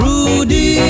Rudy